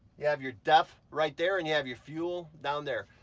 you have your def right there and you have your fuel down there.